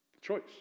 Choice